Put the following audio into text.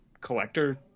collector